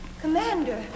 commander